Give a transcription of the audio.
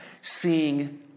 seeing